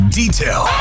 detail